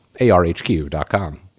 ARHQ.com